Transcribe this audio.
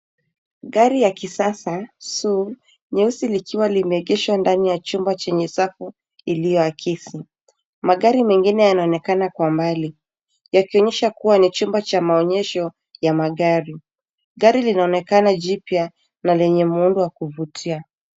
Gari ya kisasa, SUV nyeusi likiwa limeegeshwa ndani ya chumba chenye safu iliyoakisi. Magari mengine yanaonekana kwa mbali, yakionyesha kuwa ni chumba cha maonyesho ya magari. Gari linaonekana jipya na lenye muundo wa kuvutia.